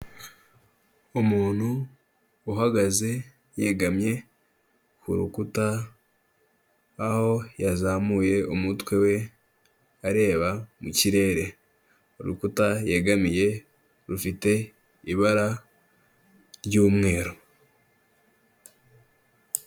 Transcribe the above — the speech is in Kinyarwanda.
Umuntu uhagaze yegamye ku rukuta, aho yazamuye umutwe we areba mu kirere. Urukuta yegamiye rufite ibara ry'umweru.